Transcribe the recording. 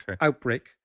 outbreak